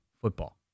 football